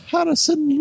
Harrison